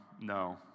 No